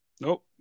Nope